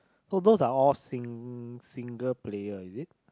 all those are all sing~ single player is it